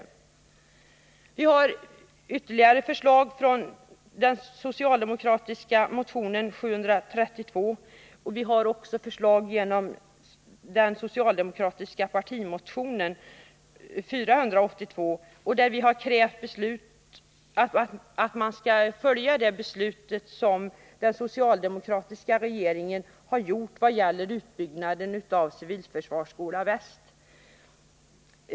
Det finns ytterligare förslag i den socialdemokratiska motionen 732, liksom i den socialdemokratiska partimotionen 482, där vi krävt att man skall följa det beslut som den socialdemokratiska regeringen fattade vad gäller utbyggnaden av Civilförsvarsskola Väst.